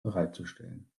bereitzustellen